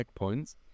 checkpoints